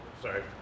sorry